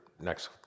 next